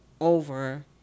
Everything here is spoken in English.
over